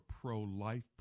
pro-life